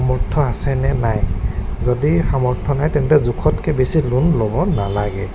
সামৰ্থ আছে নে নাই যদি সামৰ্থ নাই তেন্তে জোখতকৈ বেছি লোন ল'ব নালাগে